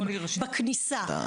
בכניסה,